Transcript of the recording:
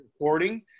recording